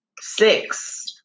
Six